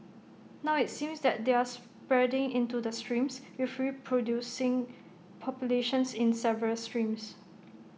now IT seems that they're spreading into the streams with reproducing populations in several streams